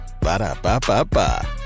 Ba-da-ba-ba-ba